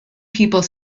people